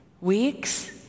weeks